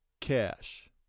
Cash